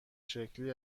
شکلی